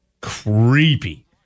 creepy